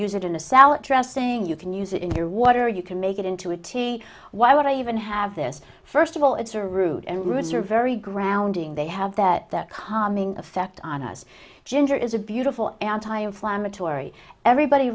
use it in a salad dressing you can use it in your water you can make it into a tea why would i even have this first of all it's a root and roots are very grounding they have that that calming effect on us ginger is a beautiful anti inflammatory everybody